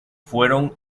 fueron